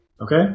Okay